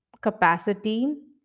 capacity